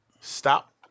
stop